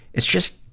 it's just,